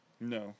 No